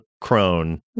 crone